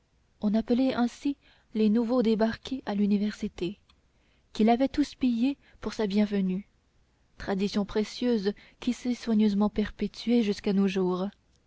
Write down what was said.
qu'il avait houspillé pour sa bienvenue tradition précieuse qui s'est soigneusement perpétuée jusqu'à nos jours